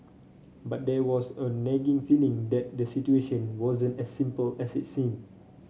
but there was a nagging feeling that the situation wasn't as simple as it seemed